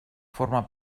forma